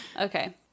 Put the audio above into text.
Okay